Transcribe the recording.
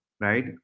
right